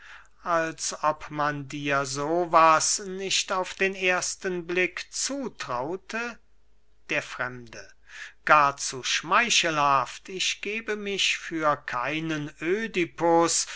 als ob man dir so was nicht auf den ersten blick zutraute der fremde gar zu schmeichelhaft ich gebe mich für keinen ödipus